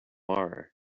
are